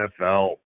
NFL